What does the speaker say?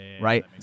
right